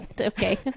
Okay